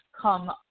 come